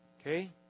Okay